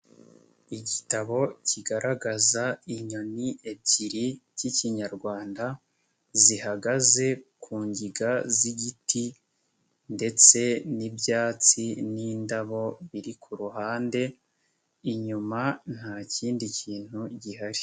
Igitabo kigaragaza inyoni ebyiri k'Ikinyarwanda zihagaze ku ngiga z'igiti ndetse n'ibyatsi n'indabo biri ku ruhande, inyuma nta kindi kintu gihari.